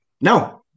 No